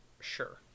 Sure